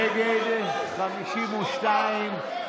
נגד 52,